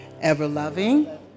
ever-loving